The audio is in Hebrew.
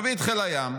תביא את חיל הים,